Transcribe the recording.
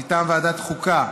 מטעם ועדת החוקה,